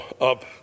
up